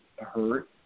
hurt